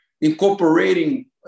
incorporating